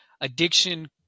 addiction